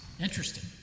Interesting